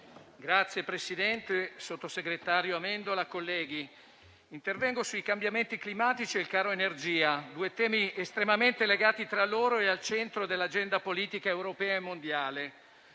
Presidente, signor sottosegretario Amendola, onorevoli colleghi, intervengo sui cambiamenti climatici e il caro energia, due temi estremamente legati tra loro e al centro dell'agenda politica europea e mondiale.